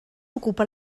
ocupa